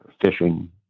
fishing